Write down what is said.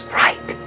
right